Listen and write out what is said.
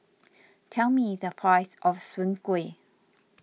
tell me the price of Soon Kway